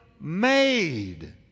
Made